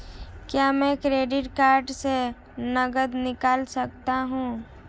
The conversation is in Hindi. क्या मैं क्रेडिट कार्ड से नकद निकाल सकता हूँ?